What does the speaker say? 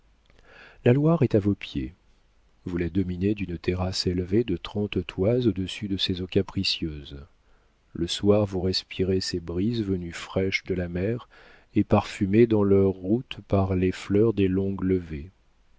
la loire est à vos pieds vous la dominez d'une terrasse élevée de trente toises au-dessus de ses eaux capricieuses le soir vous respirez ses brises venues fraîches de la mer et parfumées dans leur route par les fleurs des longues